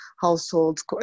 households